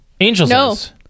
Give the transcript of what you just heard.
angels